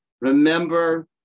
remember